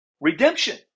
Redemption